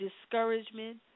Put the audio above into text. discouragement